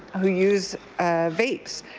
who use vapes,